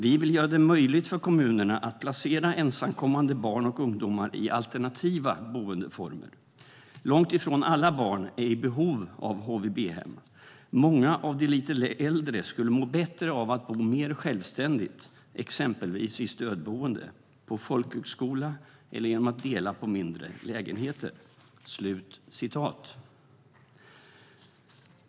Vi vill göra det möjligt för kommunerna att placera ensamkommande barn och ungdomar i alternativa boendeformer. Långt ifrån alla barn är i behov av HVB-hem och skulle må bättre av att bo mer självständigt. Det görs helt enkelt inte tillräckligt bra individuella bedömningar av vad de enskilda ungdomarna har för behov. Många av de lite äldre skulle må bättre av att bo mer självständigt, exempelvis i stödboende, på folkhögskola eller genom att dela på mindre lägenheter."